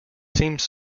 seems